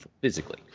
physically